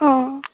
অঁ